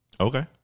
Okay